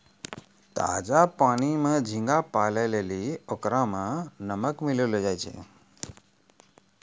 ताजा पानी में झींगा पालै लेली ओकरा में नमक मिलैलोॅ जाय छै